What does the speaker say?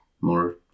more